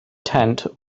tent